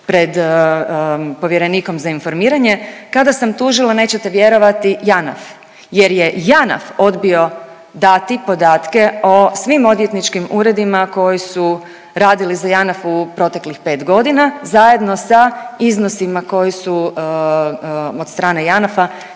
pred povjerenikom za informiranje kada sam tužila, nećete vjerovati JANAF jer je JANAF odbio dati podatke o svim odvjetničkim uredima koji su radili za JANAF u proteklih 5 godina, zajedno sa iznosima koji su od strane JANAF-a